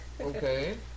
Okay